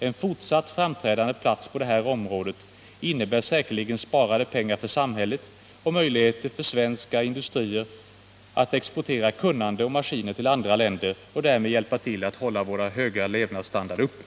En fortsatt framträdande plats på det här området innebär säkerligen sparade pengar för samhället och möjligheter för svenska industrier att exportera kunnande och maskiner till andra länder och därmed hjälpa till att hålla vår höga levnadsstandard uppe.